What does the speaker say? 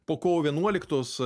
po kovo vienuoliktos